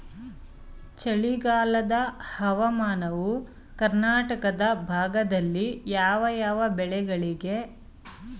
ಚಳಿಗಾಲದ ಹವಾಮಾನವು ಕರ್ನಾಟಕದ ಭಾಗದಲ್ಲಿ ಯಾವ್ಯಾವ ಬೆಳೆಗಳಿಗೆ ಉತ್ತಮವಾಗಿದೆ?